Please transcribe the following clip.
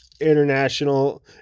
international